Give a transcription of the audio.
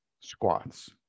squats